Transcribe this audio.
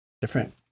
different